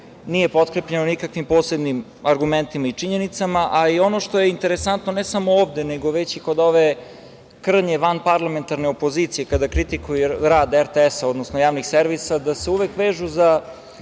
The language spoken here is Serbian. nije potkrepljeno nikakvim posebnim argumentima i činjenicama, a i ono što je interesantno, ne samo ovde, već i kod ove krnje vanparlamentarne opozicije kada kritikuje rad RTS-a, odnosno javnih servisa, da se uvek vežu za